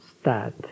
start